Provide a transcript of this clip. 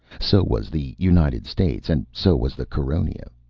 so was the united states, and so was the caronia.